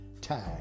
time